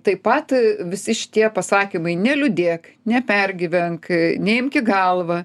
taip pat visi šitie pasakymai neliūdėk nepergyvenk neimk į galvą